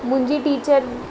मुंहिंजी टीचर